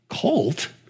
Cult